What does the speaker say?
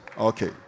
Okay